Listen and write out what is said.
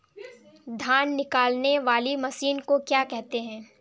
धान निकालने वाली मशीन को क्या कहते हैं?